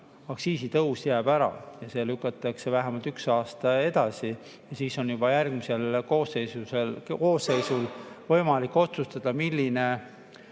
aktsiisitõus jääb ära, see lükatakse vähemalt üks aasta edasi ja siis on juba järgmisel koosseisul võimalik otsustada, milline